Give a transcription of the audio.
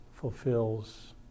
fulfills